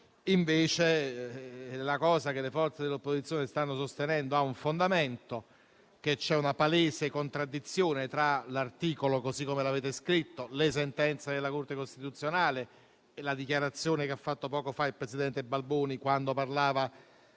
invece, quello che le forze dell'opposizione stanno sostenendo ha un fondamento: c'è una palese contraddizione tra l'articolo così come l'avete scritto, le sentenze della Corte costituzionale e la dichiarazione che ha fatto poco fa il presidente Balboni quando parlava